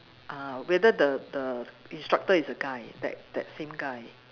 uh whether the the instructor is a guy that that same guy